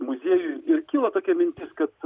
muziejui kilo tokia mintis kad